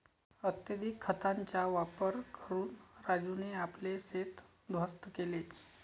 अत्यधिक खतांचा वापर करून राजूने आपले शेत उध्वस्त केले